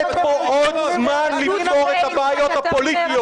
פה עוד זמן לפתור את הבעיות הפוליטיות.